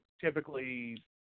typically